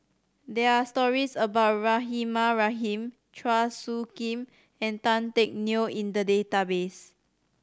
there are stories about Rahimah Rahim Chua Soo Khim and Tan Teck Neo in the database